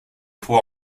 fois